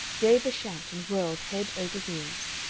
gave a shout and whirled head over heels.